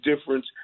difference